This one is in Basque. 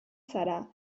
zara